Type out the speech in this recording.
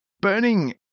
burning